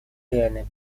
реальная